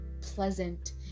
pleasant